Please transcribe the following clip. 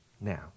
Now